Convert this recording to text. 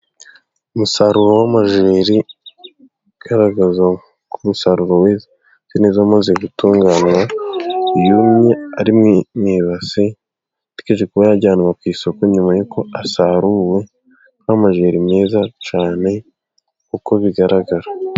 Umusaruro w'amajyeri ugaragaza ko umusaruro weze neza wamaze gutunganywa, yumye ari mu ibase ategereje kuba yajyanwa ku isoko nyuma y'uko asaruwe, ni amajyeri meza cyane uko bigaragara.